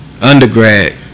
Undergrad